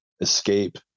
escape